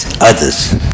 others